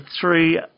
three